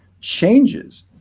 changes